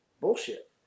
bullshit